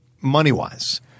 money-wise